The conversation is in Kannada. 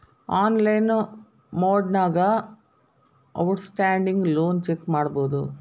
ಆನ್ಲೈನ್ ಮೊಡ್ನ್ಯಾಗ ಔಟ್ಸ್ಟ್ಯಾಂಡಿಂಗ್ ಲೋನ್ ಚೆಕ್ ಮಾಡಬೋದು